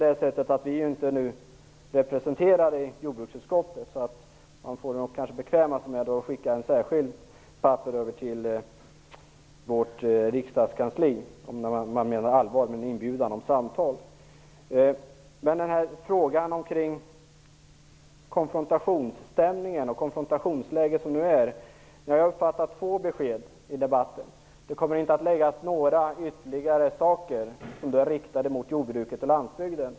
Vi är inte representerade i jordbruksutskottet, så man måste skicka ett särskilt papper över till vårt riksdagskansli, om man menar allvar med inbjudan till samtal. När det gäller det konfrontationsläge som nu råder har jag uppfattat två besked i debatten. Det ena är att det inte kommer att läggas fram ytterligare pålagor som är riktade mot jordbruket och landsbygden.